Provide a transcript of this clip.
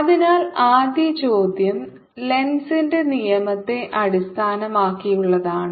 അതിനാൽ ആദ്യ ചോദ്യം ലെൻസിന്റെ നിയമത്തെ അടിസ്ഥാനമാക്കിയുള്ളതാണ്